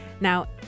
Now